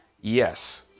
yes